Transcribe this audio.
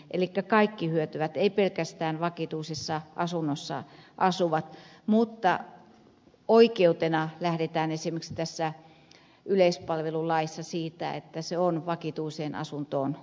elikkä kaikki hyötyvät eivät pelkästään vakituisessa asunnossa asuvat mutta oikeutena lähdetään esimerkiksi tässä yleispalvelulaissa siitä että se on vakituiseen asuntoon kohdistuva